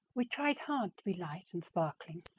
we tried hard to be light and sparkling,